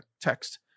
text